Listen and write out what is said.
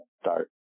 start